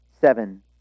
seven